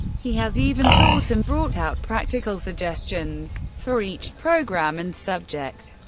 he has even thought and brought out practical suggestions for each program and subject.